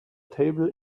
table